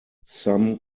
some